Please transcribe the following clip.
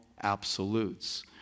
absolutes